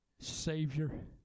Savior